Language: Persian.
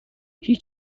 هیچ